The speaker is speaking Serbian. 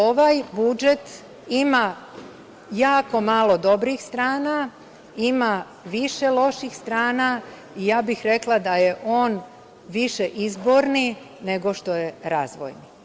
Ovaj budžet ima jako malo dobrih strana, ima više loših strana i ja bih rekla da je on više izborni nego što je razvojni.